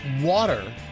water